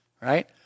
right